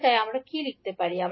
তাই আমরা কী লিখতে পারি